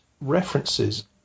references